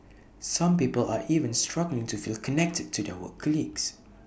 some people are even struggling to feel connected to their work colleagues